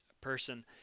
person